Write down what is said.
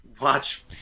watch –